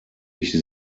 ich